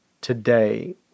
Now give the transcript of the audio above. today